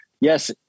yes